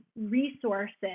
resources